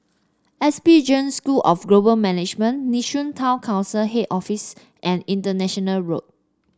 S P Jain School of Global Management Nee Soon Town Council Head Office and International Road